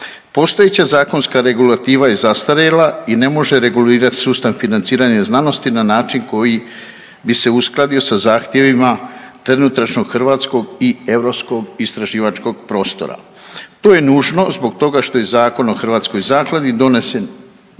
Postojeća zakonska regulativa je zastarjela i ne može regulirati sustav financiranja znanosti na način koji bi se uskladio sa zahtjevima trenutačnog hrvatskog i europskog istraživačkog prostora. To je nužno zbog toga što je Zakon o HRZZ-u donesen